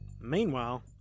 Meanwhile